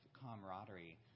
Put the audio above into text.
camaraderie